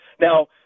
Now